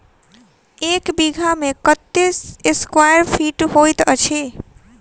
एक बीघा मे कत्ते स्क्वायर फीट होइत अछि?